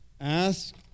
ask